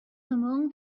among